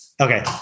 Okay